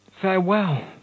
Farewell